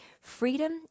Freedom